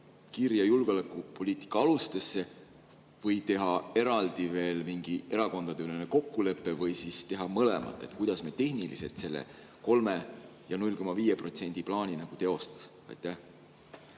kirja julgeolekupoliitika alustesse või teha eraldi veel mingi erakondadeülene kokkulepe või siis teha mõlemat? Kuidas me tehniliselt selle 3% ja 0,5% plaani teostaks? Austatud